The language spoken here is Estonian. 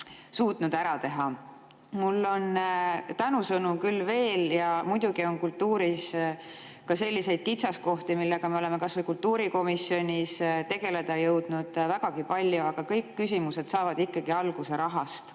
suutnud ära teha! Mul on tänusõnu küll veel. Muidugi on kultuuris ka selliseid kitsaskohti, millega me oleme kultuurikomisjonis tegeleda jõudnud vägagi palju, aga kõik küsimused saavad ikkagi alguse rahast.